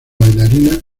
bailarina